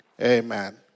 Amen